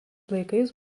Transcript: laikais